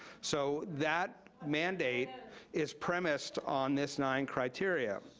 so that mandate is premised on this nine criteria.